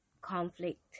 conflict